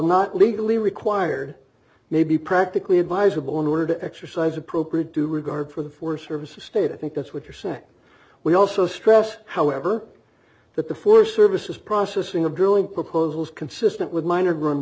not legally required may be practically advisable in order to exercise appropriate due regard for the for service of state i think that's what you're saying we also stress however that the four services processing of drilling proposals consistent with mine are grown